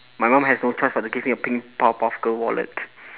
my mum has no choice but to give me a pink powerpuff girl wallet